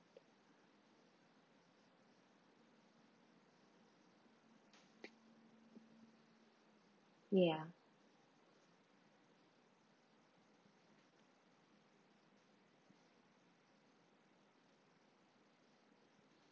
ya